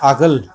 आगोल